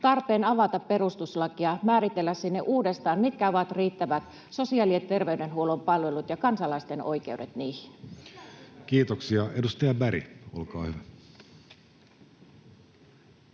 tarpeen avata perustuslakia, määritellä sinne uudestaan, mitkä ovat riittävät sosiaali- ja terveydenhuollon palvelut ja kansalaisten oikeudet niihin? Kiitoksia. — Edustaja Berg, olkaa hyvä.